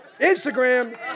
Instagram